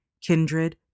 kindred